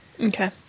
Okay